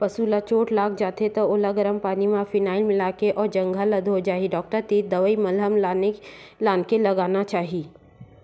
पसु ल चोट लाग जाथे त ओला गरम पानी म फिनाईल मिलाके ओ जघा ल धोना चाही डॉक्टर तीर दवई मलहम लानके लगाना चाही